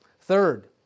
Third